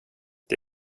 det